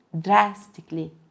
drastically